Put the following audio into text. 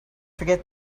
forget